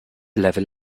level